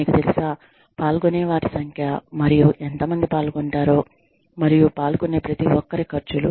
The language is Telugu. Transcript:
మీకు తెలుసా పాల్గొనే వారి సంఖ్య మరియు ఎంతమంది పాల్గొంటారో మరియు పాల్గొనే ప్రతి ఒక్కరి ఖర్చులు